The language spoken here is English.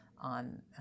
on